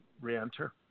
re-enter